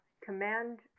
command